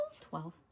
Twelve